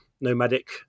nomadic